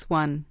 one